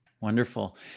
Wonderful